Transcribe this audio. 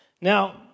Now